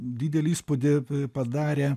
didelį įspūdį padarė